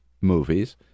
movies